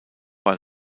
war